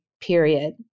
period